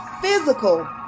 physical